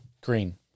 green